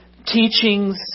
Teachings